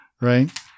right